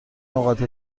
نقاط